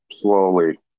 slowly